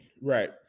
Right